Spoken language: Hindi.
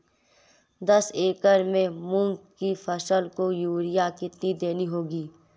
दस एकड़ में मूंग की फसल को यूरिया कितनी देनी होगी?